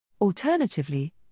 alternatively